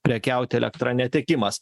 prekiauti elektra netekimas